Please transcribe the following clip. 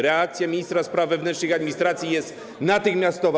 Reakcja ministra spraw wewnętrznych i administracji jest natychmiastowa.